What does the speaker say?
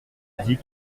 dit